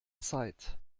zeit